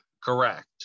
Correct